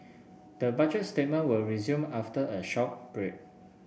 the Budget statement will resume after a short break